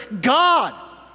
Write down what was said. God